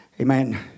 Amen